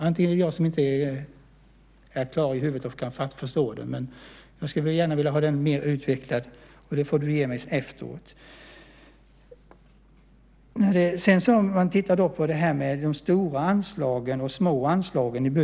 Antingen är det jag som inte är klar i huvudet och kan förstå den. Men jag skulle gärna vilja ha den mer utvecklad. Det får du göra efter debatten.